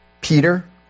Peter